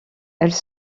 elles